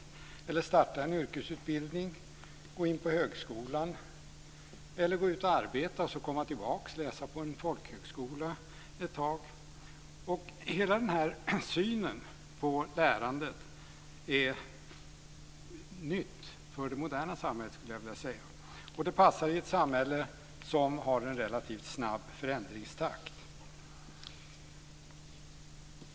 Man kan starta på en yrkesutbildning, gå in på högskolan eller gå ut och arbeta och sedan komma tillbaka för att läsa på en folkhögskola. Hela denna syn på lärandet är ny för det moderna samhället. Den passar i ett samhälle som har en relativt snabb förändringstakt.